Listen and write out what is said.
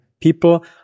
people